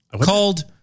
called